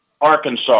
Arkansas